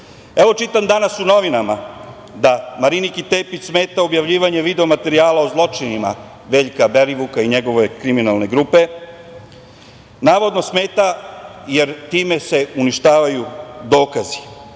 danas u novinama da Mariniki Tepić smeta objavljivanje video materijala o zločinima Veljka Belivuka i njegove kriminalne grupe. Navodno smeta jer se time uništavaju dokazi.